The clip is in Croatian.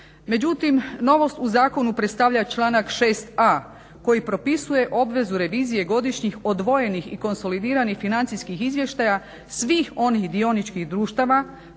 Međutim, novost u zakonu predstavlja članak 6 a koji propisuje obvezu revizije godišnjih odvojenih i konsolidiranih financijskih izvještaja svih onih dioničkih društava,